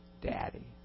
Daddy